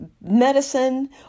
medicine